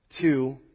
Two